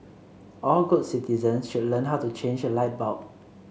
all good citizens should learn how to change a light bulb